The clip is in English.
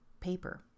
paper